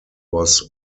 was